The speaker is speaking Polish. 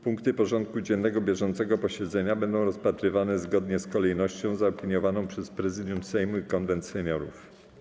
Punkty porządku dziennego bieżącego posiedzenia będą rozpatrywane zgodnie z kolejnością zaopiniowaną przez Prezydium Sejmu i Konwent Seniorów.